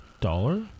dollar